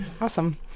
Awesome